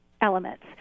elements